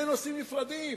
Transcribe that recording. אלה שני נושאים נפרדים,